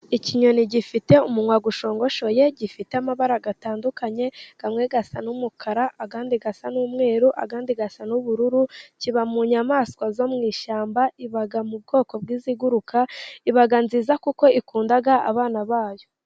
Ikinyoni gifite umunwa ushogoshoye, gifite amabara atandukanye, amwe asa n'umuka, andi asa n'umweru, andi asa n'ubururu. Kiba mu nyamaswa zo mu ishyamba iba mu bwoko bw'iziguruka, iba nziza kuko ikunda abana bayo.